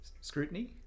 scrutiny